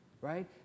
right